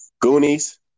Goonies